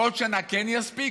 ועוד שנה כן תספיק?